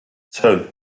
two